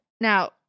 Now